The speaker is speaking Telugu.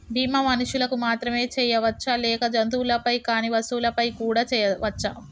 బీమా మనుషులకు మాత్రమే చెయ్యవచ్చా లేక జంతువులపై కానీ వస్తువులపై కూడా చేయ వచ్చా?